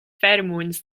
pheromones